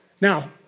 Now